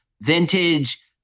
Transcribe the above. vintage